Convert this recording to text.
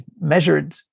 measured